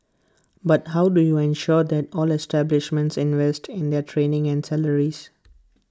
but how do you ensure that all establishments invest in their training and salaries